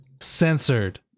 censored